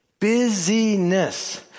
Busyness